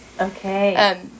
Okay